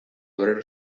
obrero